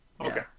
Okay